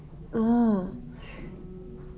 oh